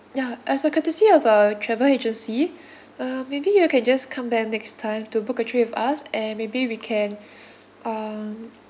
ya as a courtesy of uh travel agency uh maybe you can just come back next time to book a trip with us and maybe we can um